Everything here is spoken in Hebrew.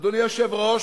אדוני היושב-ראש,